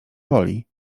woli